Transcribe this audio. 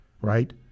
right